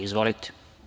Izvolite.